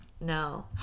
no